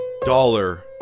dollar